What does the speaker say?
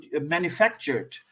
manufactured